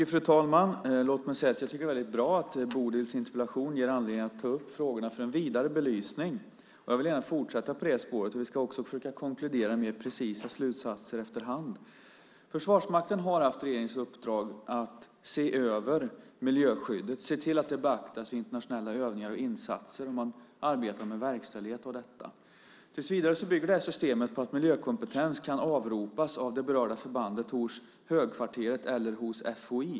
Fru talman! Låt mig säga att det är bra att Bodil Ceballos ställt denna interpellation för det ger anledning att ta upp frågorna för en vidare belysning. Jag vill gärna fortsätta på det spåret. Vi ska också försöka konkludera mer precisa slutsatser efter hand. Försvarsmakten har haft regeringens uppdrag att se över miljöskyddet, att se till att det beaktas vid internationella övningar och insatser. Man arbetar med verkställigheten av detta. Tills vidare bygger systemet på att miljökompetens kan avropas av det berörda förbandet hos Högkvarteret eller hos FOI.